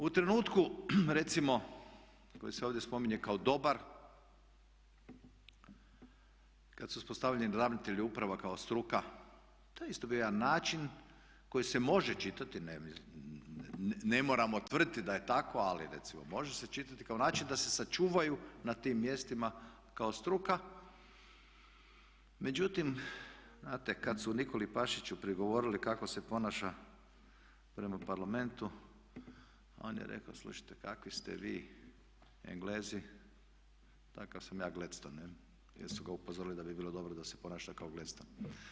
U trenutku recimo koji se ovdje spominje kao dobar, kada su uspostavljeni ravnatelji uprava kao struka, to je isto bio jedan način koji se može čitati, ne moramo tvrditi da je tako ali recimo može se čitati kao način da se sačuvao na tim mjestima kao struka, međutim znate kada su Nikoli Pašiću prigovorili kako se ponaša prema parlamentu on je rekao, slušajte kakvi ste vi Englezi takav sam ja Gladston, jer su ga upozorili da bi bilo dobro da se ponaša kao Gladstone.